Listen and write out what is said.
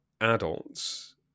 adults